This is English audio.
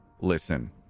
Listen